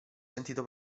sentito